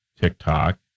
TikTok